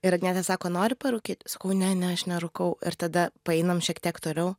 ir agnietė sako nori parūkyt sakau ne ne aš nerūkau ir tada paeinam šiek tiek toliau